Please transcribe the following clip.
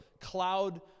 cloud